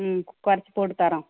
ம் கொறைச்சு போட்டு தர்றோம்